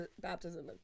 baptism